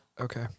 Okay